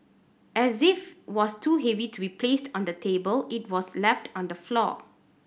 as if was too heavy to be placed on the table it was left on the floor